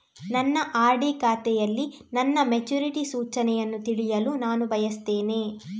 ನನ್ನ ಆರ್.ಡಿ ಖಾತೆಯಲ್ಲಿ ನನ್ನ ಮೆಚುರಿಟಿ ಸೂಚನೆಯನ್ನು ತಿಳಿಯಲು ನಾನು ಬಯಸ್ತೆನೆ